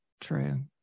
True